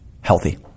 healthy